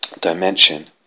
dimension